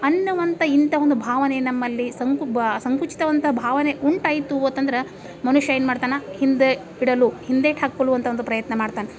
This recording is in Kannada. ಅನ್ನುವಂಥ ಇಂಥ ಒಂದು ಭಾವನೆ ನಮ್ಮಲ್ಲಿ ಸಂಕು ಬಾ ಸಂಕುಚಿತವಂಥ ಭಾವನೆ ಉಂಟಾಯಿತು ಅಂತಂದ್ರೆ ಮನುಷ್ಯ ಏನು ಮಾಡ್ತಾನೆ ಹಿಂದೆ ಇಡಲು ಹಿಂದೇಟು ಹಾಕಲು ಅಂತ ಒಂದು ಪ್ರಯತ್ನ ಮಾಡ್ತಾನೆ